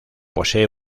posee